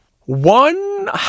one